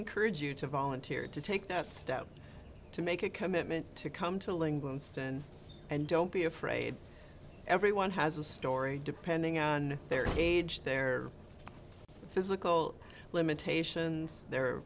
encourage you to volunteer to take that step to make a commitment to come to lingam stand and don't be afraid everyone has a story depending on their age their physical limitations their